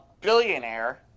billionaire